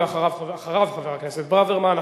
אחריו, חבר הכנסת ברוורמן.